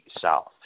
South